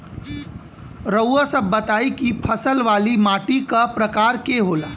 रउआ सब बताई कि फसल वाली माटी क प्रकार के होला?